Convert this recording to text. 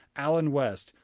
allen west,